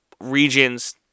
regions